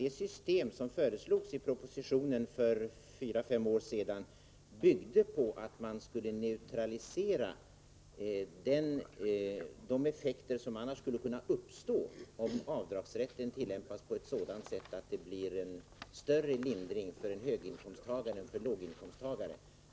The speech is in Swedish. Det system som föreslogs i en proposition för fyra fem år sedan byggde på att man skulle neutralisera de effekter som annars skulle kunna uppstå om avdragsrätten tillämpas på ett sådant sätt att det blir större lindring för höginkomsttagare än för låginkomsttagare.